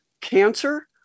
cancer